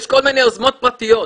יש כל מיני יוזמות פרטיות.